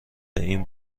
این